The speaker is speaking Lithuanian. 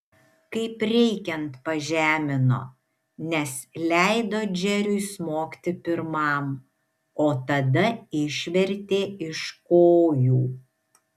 kaip reikiant pažemino nes leido džeriui smogti pirmam o tada išvertė iš kojų